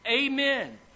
Amen